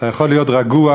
אתה יכול להיות רגוע,